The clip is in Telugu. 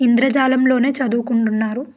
ఇంద్రజాలంలోనే చదువుకుంటున్నారు